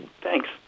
Thanks